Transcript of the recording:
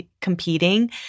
competing